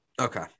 Okay